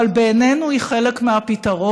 אבל בעינינו היא חלק מהפתרון,